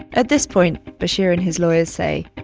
at this point, bashir and his lawyers say,